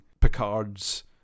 Picard's